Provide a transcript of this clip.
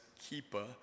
keeper